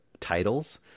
titles